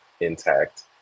Intact